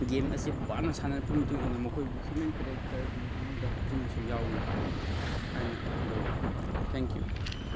game ꯑꯁꯤ ꯄꯥꯝꯅ ꯁꯥꯟꯅꯔꯛꯄꯒꯤ ꯃꯇꯨꯡ ꯏꯟꯅ ꯃꯈꯣꯏꯕꯨ ꯍ꯭ꯌꯨꯃꯦꯟ ꯀꯔꯦꯛꯇꯔꯒꯤ ꯃꯅꯨꯡꯗ ꯍꯥꯞꯆꯤꯟꯕꯁꯨ ꯌꯥꯎꯏ ꯍꯥꯏꯅ ꯂꯧꯏ ꯊꯦꯡꯛ ꯌꯨ